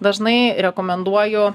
dažnai rekomenduoju